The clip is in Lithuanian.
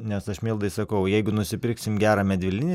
nes aš mildai sakau jeigu nusipirksim gerą medvilninį